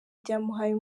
byamuhaye